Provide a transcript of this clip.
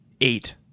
eight